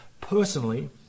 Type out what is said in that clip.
personally